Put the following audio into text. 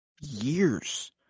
Years